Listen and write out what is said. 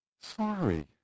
sorry